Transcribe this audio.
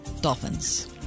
Dolphins